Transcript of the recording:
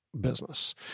business